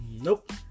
Nope